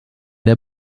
der